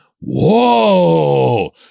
Whoa